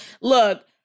Look